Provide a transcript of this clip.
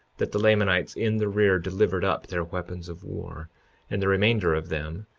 that the lamanites in the rear delivered up their weapons of war and the remainder of them,